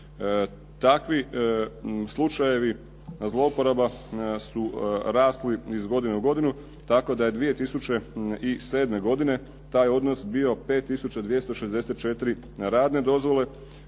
Takvi slučajevi zlouporaba su rasli iz godine u godinu tako da je 2007. godine taj odnos bio 5 tisuća 264 radne dozvole